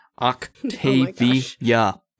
octavia